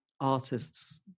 artists